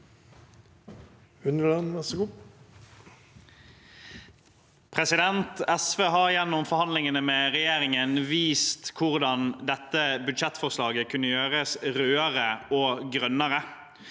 Unneland (SV) SV har gjennom forhandlingene med regjeringen vist hvordan dette budsjettforslaget kunne gjøres rødere og grønnere.